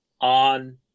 on